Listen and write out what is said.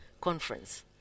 conference